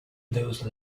those